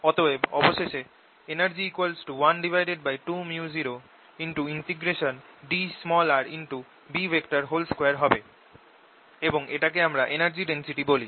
অতএব অবশেষে energy 12µodrB2 হবে এবং এটাকে আমরা energy density বলি